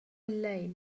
الليل